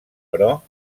però